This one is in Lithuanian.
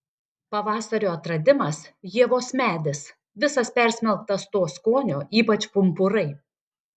pavasario atradimas ievos medis visas persmelktas to skonio ypač pumpurai